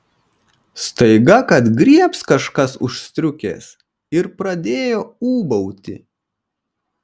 staiga kad griebs kažkas už striukės ir pradėjo ūbauti